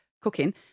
cooking